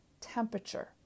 temperature